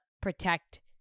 protect